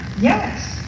Yes